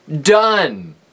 done